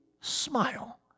smile